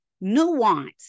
nuance